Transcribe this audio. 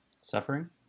Suffering